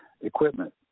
equipment